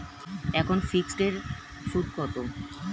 এখন ফিকসড এর সুদ কত?